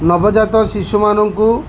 ନବଜାତ ଶିଶୁମାନଙ୍କୁ